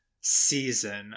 season